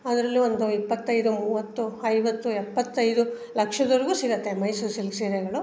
ಅದರಲ್ಲೂ ಒಂದು ಇಪ್ಪತ್ತೈದು ಮೂವತ್ತು ಐವತ್ತು ಎಪ್ಪತ್ತೈದು ಲಕ್ಷದವರ್ಗೂ ಸಿಗುತ್ತೆ ಮೈಸೂರು ಸಿಲ್ಕ್ ಸೀರೆಗಳು